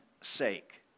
sake